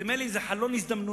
נדמה לי שזה חלון הזדמנויות